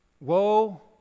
Woe